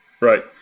Right